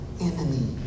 enemy